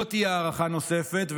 לא תהיה הארכה נוספת,